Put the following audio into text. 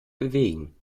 bewegen